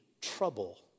trouble